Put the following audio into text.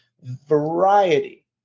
variety